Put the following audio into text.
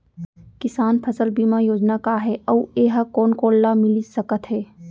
किसान फसल बीमा योजना का हे अऊ ए हा कोन कोन ला मिलिस सकत हे?